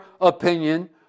opinion